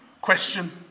question